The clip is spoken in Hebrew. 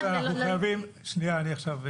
אחד --- אני מסכם.